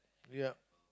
yup